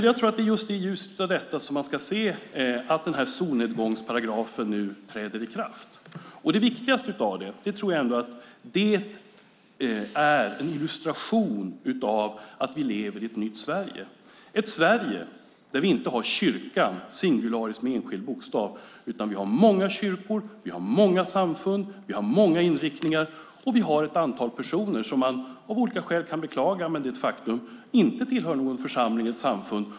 Jag tror att det är i ljuset av detta som man ska se att solnedgångsparagrafen nu träder i kraft. Det viktigaste med den är att det är en illustration av att vi lever i ett nytt Sverige, ett Sverige där vi inte har kyrkan - singularis - utan vi har många kyrkor, många samfund, många inriktningar och vi har ett antal personer som, vilket man av olika skäl kan beklaga men som är ett faktum, inte tillhör en församling eller ett samfund.